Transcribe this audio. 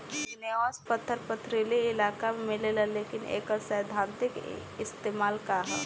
Igneous पत्थर पथरीली इलाका में मिलेला लेकिन एकर सैद्धांतिक इस्तेमाल का ह?